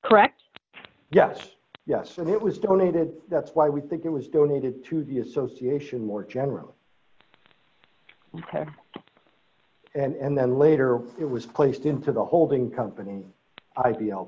correct yes yes and it was donated that's why we think it was donated to the association more generally and then later it was placed into the holding company